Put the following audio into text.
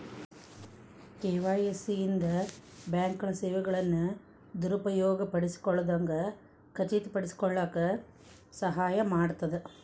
KYC ಇಂದ ಬ್ಯಾಂಕ್ಗಳ ಸೇವೆಗಳನ್ನ ದುರುಪಯೋಗ ಪಡಿಸಿಕೊಳ್ಳದಂಗ ಖಚಿತಪಡಿಸಿಕೊಳ್ಳಕ ಸಹಾಯ ಮಾಡ್ತದ